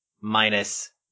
minus